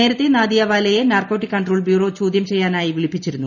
നേരത്തെ നാദിയാവലയെ narcotic control bureau ചോദ്യം ചെയ്യാനായി വിളിപ്പിച്ചിരുന്നു